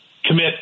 Commit